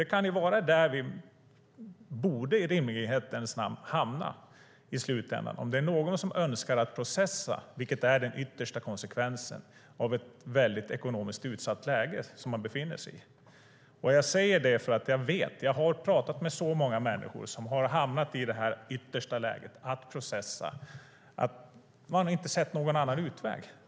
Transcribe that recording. Det kan ju vara där vi i rimlighetens namn borde hamna i slutändan, om det är någon som önskar processa, vilket är den yttersta konsekvensen av ett väldigt ekonomiskt utsatt läge som man befinner sig i. Jag säger det därför att jag vet - jag har pratat med så många människor som har hamnat i det yttersta läget att processa - att man inte har sett någon annan utväg.